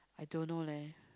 I don't know leh